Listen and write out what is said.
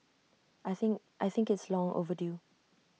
I think I think it's long overdue